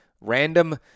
random